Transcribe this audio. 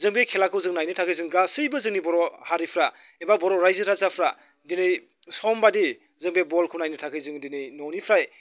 जों बे खेलाखौ जों नायनो थाखाय जों गासैबो जोंनि बर' हारिफ्रा एबा बर' रायजो राजाफ्रा दिनै सम बायदि जों बे बलखौ नायनो थाखाय जों दिनै न'निफ्राय